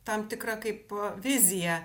tam tikra kaip vizija